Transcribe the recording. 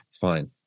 fine